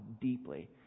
deeply